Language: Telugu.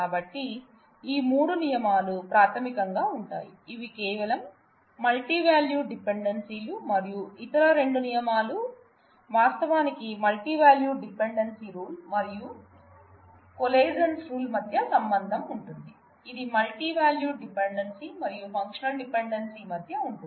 కాబట్టి ఈ మూడు నియమాలు ప్రాథమికంగా ఉంటాయి ఇవి కేవలం మల్టీ వాల్యూడ్ డిపెండెన్సీలు మరియు ఇతర రెండు నియమాలు వాస్తవానికి మల్టీవాల్యూడ్ డిపెండెన్సీ రూల్ మరియు కోలేసెన్స్ రూల్ మధ్య సంబంధం ఉంటుంది ఇది మల్టీ వాల్యూడ్ డిపెండెన్సీ మరియు ఫంక్షనల్ డిపెండెన్స్ మధ్య ఉంటుంది